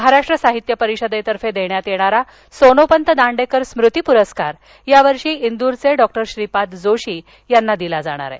महाराष्ट्र साहित्य परिषदे तर्फे देण्यात येणारा सोनोपंत दांडेकर स्मृती प्रस्कार या वर्षी इंदूरचे डॉक्टर श्रीपाद जोशी याना दिला जाणार आहे